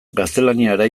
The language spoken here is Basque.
gaztelaniara